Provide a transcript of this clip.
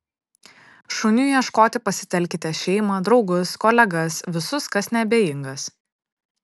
šuniui ieškoti pasitelkite šeimą draugus kolegas visus kas neabejingas